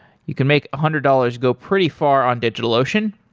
you can make a hundred dollars go pretty far on digitalocean.